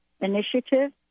initiative